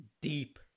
deep